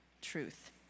truth